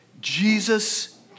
Jesus